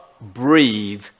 breathe